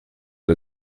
der